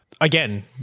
again